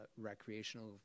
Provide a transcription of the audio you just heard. recreational